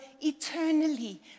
eternally